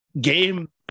game-